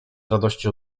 radości